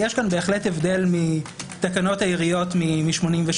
יש כאן בהחלט הבדל מתקנות העיריות מ-1987